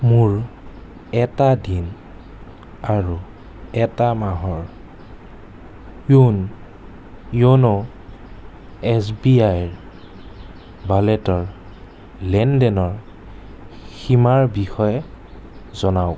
মোৰ এটা দিন আৰু এটা মাহৰ YONO YONO S B I ৰ ৱালেটৰ লেন দেনৰ সীমাৰ বিষয়ে জনাওক